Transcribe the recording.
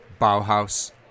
Bauhaus